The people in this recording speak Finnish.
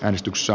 äänestyksssä